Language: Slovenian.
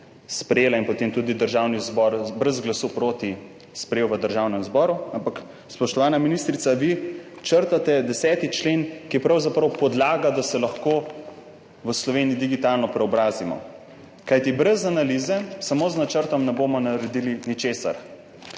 sprejela, in ga je potem tudi Državni zbor brez glasu proti sprejel. Ampak, spoštovana ministrica, vi črtate 10. člen, ki je pravzaprav podlaga, da se lahko v Sloveniji digitalno preobrazimo. Kajti brez analize, samo z načrtom ne bomo naredili ničesar.